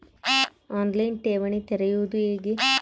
On line ಠೇವಣಿ ತೆರೆಯುವುದು ಹೇಗೆ?